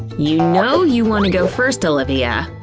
you know you want to go first, olivia,